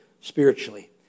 spiritually